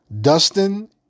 Dustin